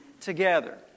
together